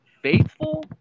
faithful